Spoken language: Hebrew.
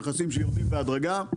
מכסים שיורדים בהדרגה,